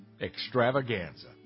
extravaganza